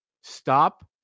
stop